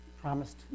promised